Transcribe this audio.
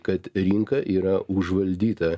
kad rinka yra užvaldyta